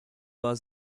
war